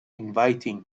inviting